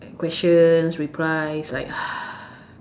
questions replies like